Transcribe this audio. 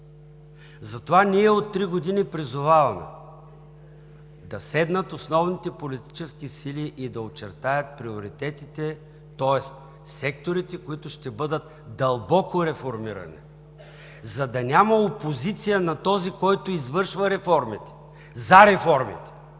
Затова ние от три години призоваваме: да седнат основните политически сили и да очертаят приоритетите, тоест секторите, които ще бъдат дълбоко реформирани, за да няма опозиция на този, който извършва реформите. За реформите!